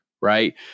right